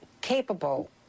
capable